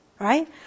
Right